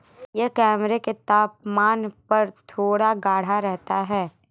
यह कमरे के तापमान पर थोड़ा गाढ़ा रहता है